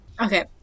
Okay